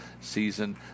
season